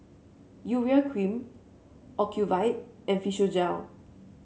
Urea Cream Ocuvite and Physiogel